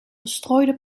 verstrooide